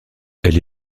elle